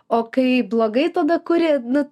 o kai blogai tada kuri nu